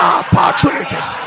opportunities